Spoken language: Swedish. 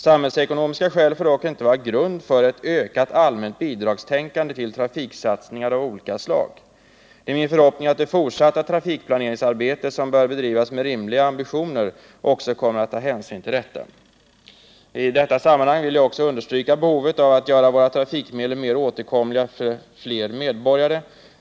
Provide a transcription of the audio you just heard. Samhällsekonomiska skäl får dock inte vara grund för ett ökat allmänt bidragstänkande när det gäller trafiksatsningar av olika slag. Det är min förhoppning att det fortsatta trafikplaneringsarbetet, som bör bedrivas med rimliga ambitioner, också kommer att ta hänsyn till detta. I detta sammanhang vill jag också understryka behovet av att göra våra trafikmedel mer åtkomliga för fler medborgare.